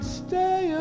stay